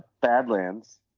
Badlands